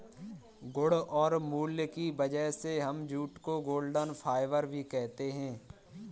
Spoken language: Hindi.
गुण और मूल्य की वजह से हम जूट को गोल्डन फाइबर भी कहते है